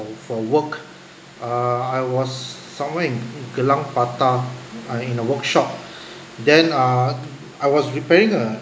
for work err I was somewhere in gelang patah ah in a workshop then uh I was repairing a